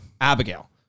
Abigail